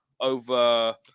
over